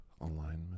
alignment